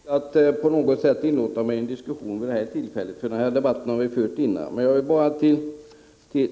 Herr talman! Jag har inte för avsikt att inlåta mig i en diskussion vid detta tillfälle. Denna debatt har vi nämligen fört tidigare. Jag vill bara